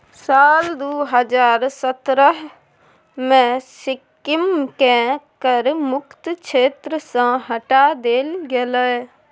साल दू हजार सतरहे मे सिक्किमकेँ कर मुक्त क्षेत्र सँ हटा देल गेलै